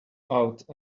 out